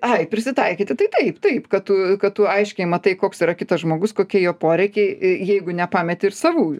ai prisitaikyti tai taip taip kad tu kad tu aiškiai matai koks yra kitas žmogus kokie jo poreikiai jeigu nepameti ir savųjų